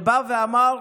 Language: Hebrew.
שבא ואמר,